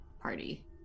party